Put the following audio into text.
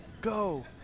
go